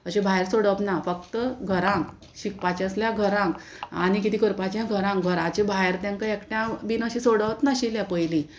अशें भायर सोडप ना फक्त घरांक शिकपाचें आसल्या घरांक आनी किदें करपाचें घरांक घराचे भायर तेंका एकट्या बीन अशें सोडत नाशिल्लें पयलीं